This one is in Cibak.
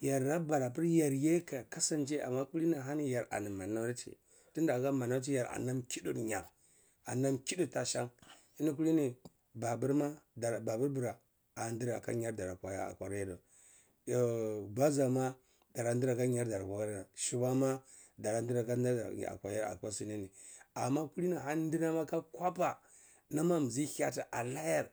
yarda bara apir yaryeh kayar kasanche amma kulini hani ani your minority trida hah minority yar ani nam khidi niyar ani-nam khidi ta shan eni kabini, babur ma, babur bura anti dara kah yardir gwozar ma dara dir aka nyar dar, shuwa ma amma kulini ahani ndinam aka kwapa nam a mizi kakyati anayar.